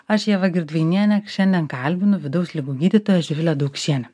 aš ieva girdvainienė šiandien kalbinu vidaus ligų gydytoją živilę daukšienę